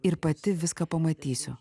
ir pati viską pamatysiu